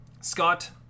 scott